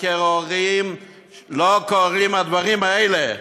לא קורים הדברים האלה.